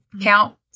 Count